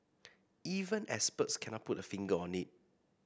even experts cannot put a finger on it